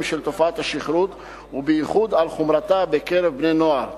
של תופעת השכרות ובייחוד על חומרתה בקרב בני-נוער.